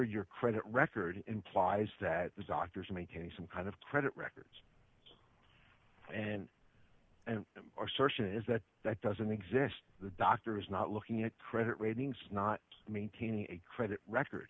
your credit record implies that the doctors are making some kind of credit records and are searching is that that doesn't exist the doctor is not looking at credit ratings not maintaining a credit record